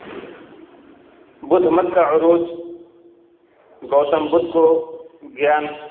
بدھ مت کا عروج گوتم بدھ کو گیان